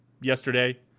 yesterday